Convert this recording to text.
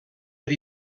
per